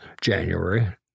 January